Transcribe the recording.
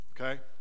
Okay